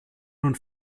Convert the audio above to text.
nun